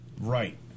Right